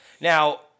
Now